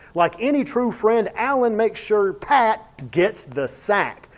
like any true friend alan make's sure pat gets the sack.